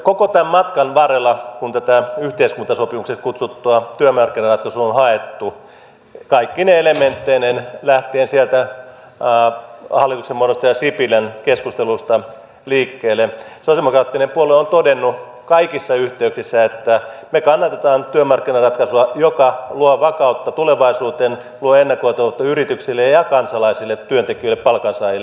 koko tämän matkan varrella kun tätä yhteiskuntasopimukseksi kutsuttua työmarkkinaratkaisua on haettu kaikkine elementteineen lähtien sieltä hallituksen muodostaja sipilän keskusteluista sosialidemokraattinen puolue on todennut kaikissa yhteyksissä että me kannatamme työmarkkinaratkaisua joka luo vakautta tulevaisuuteen luo ennakoitavuutta yrityksille ja kansalaisille työntekijöille palkansaajille